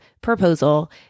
proposal